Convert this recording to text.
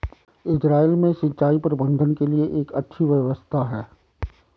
Israel में सिंचाई प्रबंधन के लिए एक अच्छी व्यवस्था है